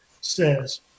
says